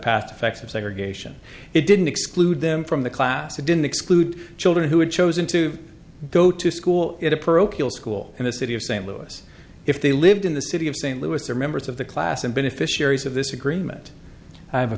past facts of segregation it didn't exclude them from the class it didn't exclude children who had chosen to go to school at a parochial school in the city of st louis if they lived in the city of st louis or members of the class and beneficiaries of this agreement i have a